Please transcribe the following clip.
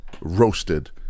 roasted